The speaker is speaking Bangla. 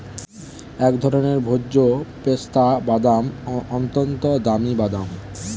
এক ধরনের ভোজ্য পেস্তা বাদাম, অত্যন্ত দামি বাদাম